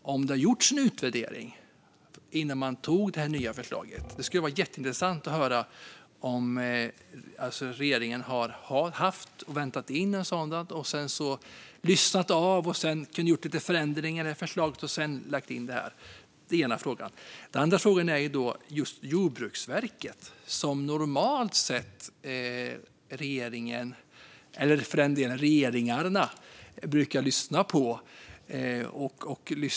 Har det gjorts en utvärdering av det innan man kom med det nya förslaget? Det skulle vara jätteintressant att höra om regeringen har väntat in en sådan utvärdering och sedan gjort lite förändringar i förslaget. Det är den ena frågan. Den andra frågan gäller Jordbruksverket, som regeringar normalt sett brukar lyssna på.